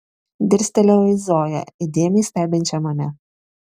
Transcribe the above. dirstelėjau į zoją įdėmiai stebinčią mane